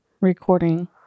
recording